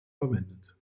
verwendet